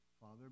Father